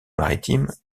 maritime